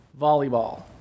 volleyball